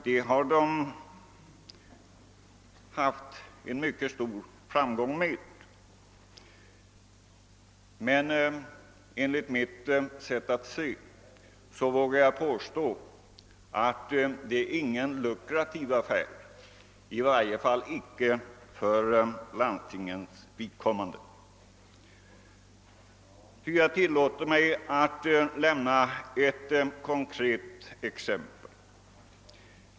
Det har haft mycket stor framgång, men jag vågar påstå att det inte är någon lukrativ affär, i varje fall inte för landstingens vidkommande. Jag tillåter mig att lämna ett konkret exempel.